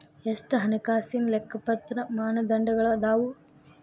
ಎಷ್ಟ ಹಣಕಾಸಿನ್ ಲೆಕ್ಕಪತ್ರ ಮಾನದಂಡಗಳದಾವು?